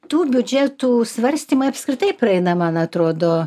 tų biudžetų svarstymai apskritai praeina man atrodo